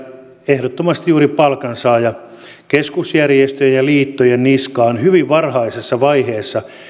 ehdottomasti juuri palkansaajakeskusjärjestöjen ja liittojen niskaan hyvin varhaisessa vaiheessa